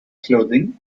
clothing